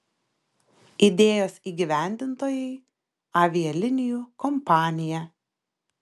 idėjos įgyvendintojai avialinijų kompanija